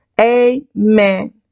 Amen